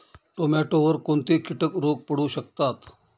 टोमॅटोवर कोणते किटक रोग पडू शकतात?